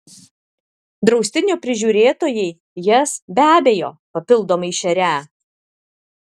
draustinio prižiūrėtojai jas be abejo papildomai šerią